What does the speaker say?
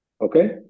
Okay